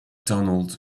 donald